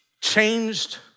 changed